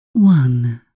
One